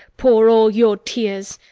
pour all your tears!